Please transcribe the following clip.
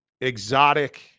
exotic